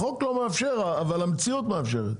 החוק לא מאפשר, אבל המציאות מאפשרת.